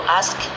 ask